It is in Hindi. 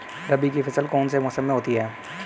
रबी की फसल कौन से मौसम में होती है?